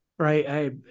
right